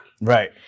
Right